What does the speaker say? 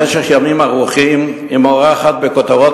במשך ימים ארוכים היא מורחת בכותרות